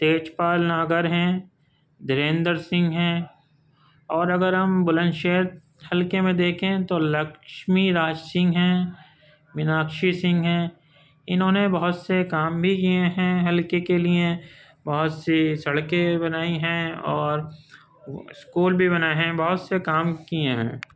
تیج پال ناگر ہیں دھیریندر سنگھ ہیں اور اگر ہم بلند شہر حلقے میں دیکھیں تو لکشمی راج سنگھ ہیں مناکشی سنگھ ہیں انہوں نے بہت سے کام بھی کیے ہیں حلقے کے لیے بہت سی سڑکیں بنائی ہیں اور اسکول بھی بنائے ہیں بہت سے کام کیے ہیں